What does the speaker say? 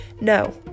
No